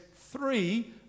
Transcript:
three